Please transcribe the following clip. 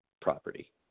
property